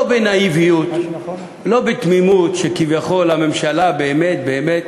לא בנאיביות, לא בתמימות שכביכול הממשלה באמת באמת